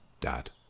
dad